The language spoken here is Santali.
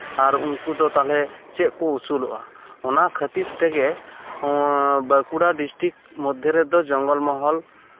ᱟᱨ ᱩᱱᱠᱩ ᱫᱚ ᱛᱟᱦᱚᱞᱮ ᱪᱮᱫ ᱠᱚ ᱩᱥᱩᱞᱚᱜᱼᱟ ᱚᱱᱟ ᱠᱷᱟᱹᱛᱤᱨ ᱛᱮᱜᱮ ᱵᱟᱸᱠᱩᱲᱟ ᱰᱤᱥᱴᱤᱠ ᱢᱚᱫᱽᱫᱷᱮ ᱨᱮᱫᱚ ᱡᱚᱝᱜᱚᱞ ᱢᱚᱦᱚᱞ